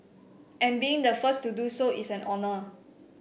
and being the first to do so is an honour